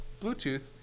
Bluetooth